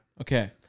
Okay